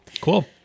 Cool